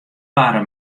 barre